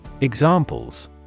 Examples